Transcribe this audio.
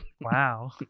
Wow